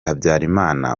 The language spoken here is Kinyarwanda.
habyarimana